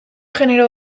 genero